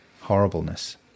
horribleness